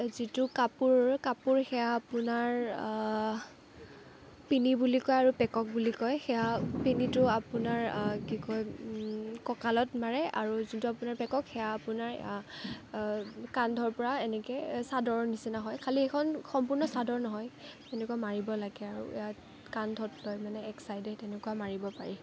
যিটো কাপোৰ কাপোৰ সেয়া আপোনাৰ পিনী বুলি কয় আৰু পেকক বুলি কয় সেয়া পিনীটো আপোনাৰ কি কয় ককাঁলত মাৰে আৰু যোনটো আপোনাৰ পেকক সেয়া আপোনাৰ কান্ধৰ পৰা এনেকে চাদৰৰ নিচিনা হয় খালি সেইখন সম্পূৰ্ণ চাদৰ নহয় এনেকুৱা মাৰিব লাগে আৰু ইয়াত কান্ধত লয় মানে এক চাইদে তেনেকুৱা মাৰিব পাৰি